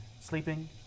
Sleeping